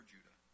Judah